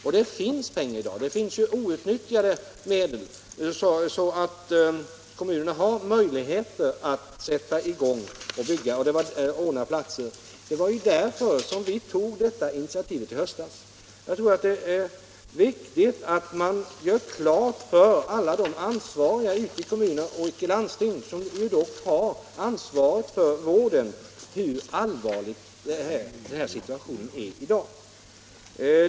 Och det finns pengar i dag. Det finns outnyttjade medel, och kommunerna har möjligheter att sätta i gång och ordna vårdplatser. Vi har ju tagit initiativ till detta redan i höstas. Jag tror att det är viktigt att man gör klart för alla ansvariga ute i kommuner och landsting hur allvarlig situationen är i dag.